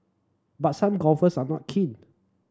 but some golfers are not keen